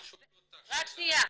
אני שואל אותך שאלה פנינה.